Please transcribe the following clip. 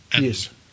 Yes